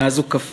מאז הוא קפא.